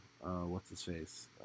What's-his-face